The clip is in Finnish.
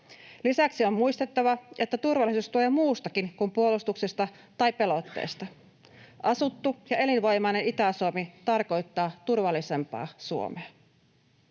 Lisäksi on muistettava, että turvallisuus tulee muustakin kuin puolustuksesta tai pelotteesta. Asuttu ja elinvoimainen Itä-Suomi tarkoittaa turvallisempaa Suomea.